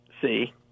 see